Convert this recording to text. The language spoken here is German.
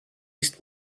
ist